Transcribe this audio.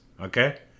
Okay